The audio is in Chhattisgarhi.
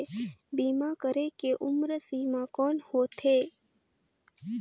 बीमा करे के उम्र सीमा कौन होथे?